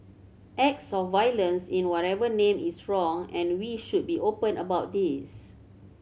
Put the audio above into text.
acts of violence in whatever name is wrong and we should be open about this